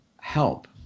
help